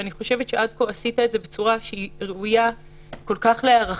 ואני חושבת שעד כה עשית את זה בצורה שראויה כל כך להערכה,